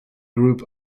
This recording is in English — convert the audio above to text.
group